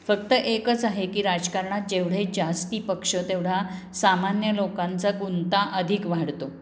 फक्त एकच आहे की राजकारणात जेवढे जास्त पक्ष तेवढा सामान्य लोकांचा गुंता अधिक वाढतो